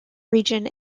region